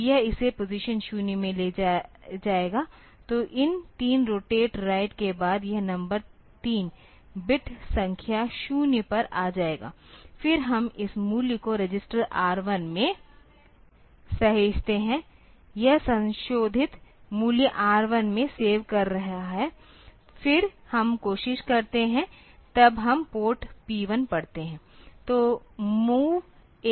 तो यह इसे पोजीशन 0 में ले जाएगा तो इन 3 रोटेट राइट के बाद यह बिट नंबर 3 बिट संख्या 0 पर आ जाएगा फिर हम इस मूल्य को रजिस्टर R 1 में सहेजते हैं यह संशोधित मूल्य R1 में सेव कर रहा है फिर हम कोशिश करते हैं तब हम पोर्ट P1 पढ़ते हैं